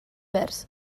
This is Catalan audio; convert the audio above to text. verds